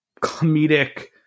comedic